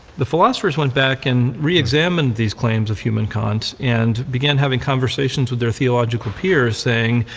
the philosophers went back and reexamined these claims of hume and kant and began having conversations with their theological peers saying,